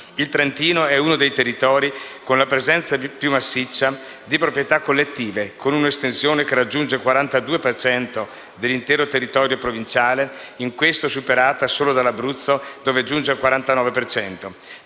II Trentino è uno dei territori con la presenza più massiccia di proprietà collettiva, con un'estensione che raggiunge il 42 per cento dell'intero territorio provinciale, in questa superata solo dall'Abruzzo dove giunge al 49